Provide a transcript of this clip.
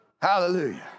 Hallelujah